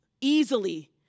easily